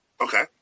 Okay